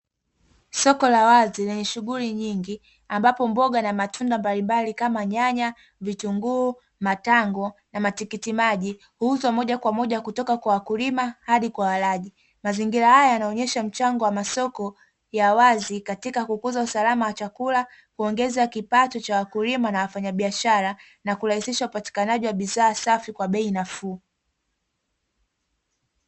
Soko la wazi lenye shughuli nyingi ambapo mboga na matunda mbalimbali kama: nyanya, vitunguu, matango, na matikiti maji; huuzwa moja kwa moja kutoka kwa wakulima hadi kwa walaji. Mazingira haya yanaonyesha mchango wa masoko ya wazi katika kukuza usalama wa chakula, kuongeza kipato cha wakulima na wafanyabiashara na kurahisisha upatikanaji wa bidhaa safi kwa bei nafuu.